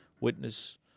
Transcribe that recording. witness